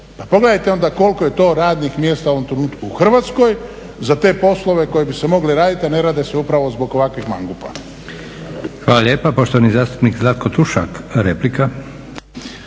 pogledajte onda koliko je to radnih mjesta u ovom trenutku u Hrvatskoj za te poslove koji bi se mogli raditi a nerade se upravo zbog ovakvih mangupa.